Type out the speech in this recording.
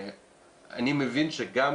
אני מבין שגם